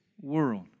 world